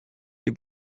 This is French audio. des